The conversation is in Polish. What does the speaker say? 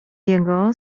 jego